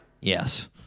Yes